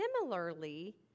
Similarly